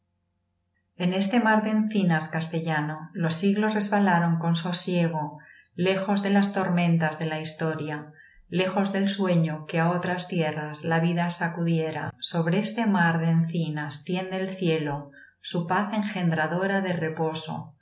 en este mar de encinas castellano los siglos resbalaron con sosiego lejos de las tormentas de la historia lejos del sueño que á otras tierras la vida sacudiera sobre este mar de encinas tiende el cielo su paz engendradora de reposo